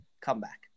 comeback